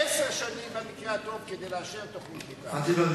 עשר שנים, במקרה הטוב, כדי לאשר תוכנית מיתאר.